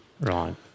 Right